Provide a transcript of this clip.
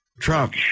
Trump